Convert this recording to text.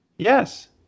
Yes